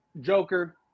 joker